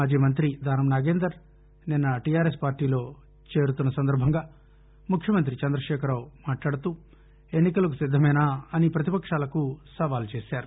మాజీ మంతి దానం నాగేందర్ నిన్న టిఆర్ఎస్ పార్టీలో చేరుతున్న సందర్బంగా ముఖ్యమంత్రి చంద్రశేఖరరావు మాట్లాడుతూ ఎన్నికలకు సిద్దమేనా అని పతిపక్షాలకు సవాలు చేశారు